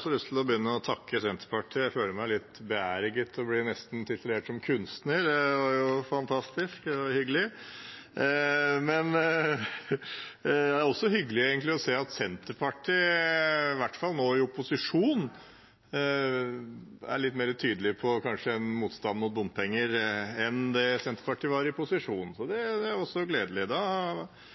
begynne med å takke Senterpartiet. Jeg føler meg litt beæret over nesten å bli titulert som kunstner. Det var jo fantastisk og hyggelig. Det er også hyggelig å se at Senterpartiet i hvert fall nå i opposisjon er litt mer tydelig på en motstand mot bompenger enn det Senterpartiet var i posisjon. Det er også gledelig. Da er